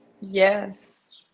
Yes